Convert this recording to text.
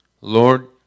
Lord